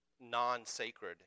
non-sacred